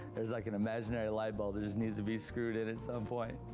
there's like an imaginary light bulb that just needs to be screwed in at some point.